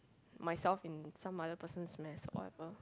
myself into some other person's mess or whatever